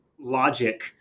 logic